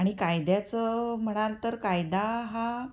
आणि कायद्याचं म्हणाल तर कायदा हा